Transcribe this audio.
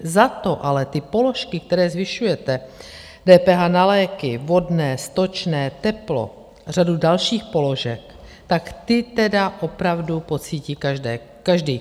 Zato ale ty položky, které zvyšujete, DPH na léky, vodné, stočné, teplo, řadu dalších položek, tak ty tedy opravdu pocítí každý.